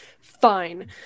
fine